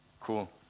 Cool